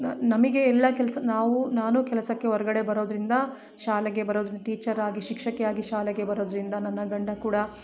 ನ ನಮಗೆ ಎಲ್ಲ ಕೆಲಸ ನಾವು ನಾನು ಕೆಲಸಕ್ಕೆ ಹೊರ್ಗಡೆ ಬರೋದರಿಂದ ಶಾಲೆಗೆ ಬರೋದರಿಂದ ಟೀಚರಾಗಿ ಶಿಕ್ಷಕಿ ಆಗಿ ಶಾಲೆಗೆ ಬರೋದರಿಂದ ನನ್ನ ಗಂಡ ಕೂಡ